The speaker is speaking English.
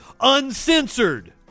uncensored